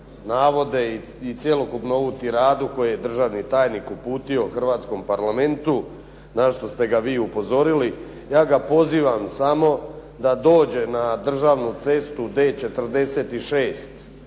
i cjelokupnu ovu tiradu koju je držani tajnik uputio hrvatskom Parlamentu, na što ste ga vi upozorili. Ja ga pozivam samo da dođe na državnu cestu D46